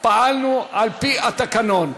פעלנו על-פי התקנון.